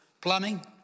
plumbing